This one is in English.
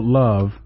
love